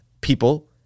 people